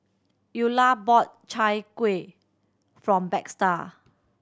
Eulah bought Chai Kuih from Baxter